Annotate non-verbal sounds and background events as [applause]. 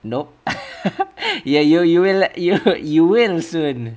nope [laughs] you you you will you will you will soon